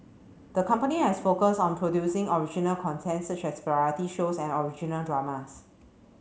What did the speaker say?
the company has focused on producing original content such as variety shows and original dramas